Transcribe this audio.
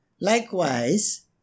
Likewise